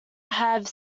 have